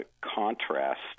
contrast